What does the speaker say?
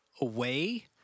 away